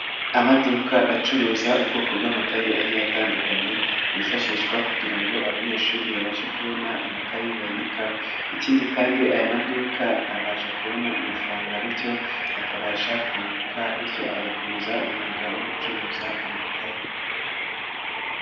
Amaduka acuruza ubwoko bw'amakaye agiye atandukanye, yifashishwa kugira ngo abanyeshuri babashe kubona amakayi bandikaho, ikindi kandi aya maduka abasha kubona amafaranga bityo akabasha kunguka bityo agakomeza umwuga wo gucuruza amakaye.